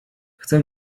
chcę